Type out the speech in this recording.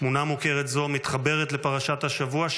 תמונה מוכרת זו מתחברת לפרשת השבוע,